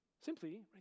Simply